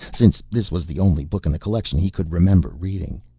since this was the only book in the collection he could remember reading,